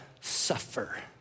suffer